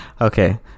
Okay